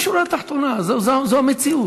זו השורה התחתונה, זו המציאות.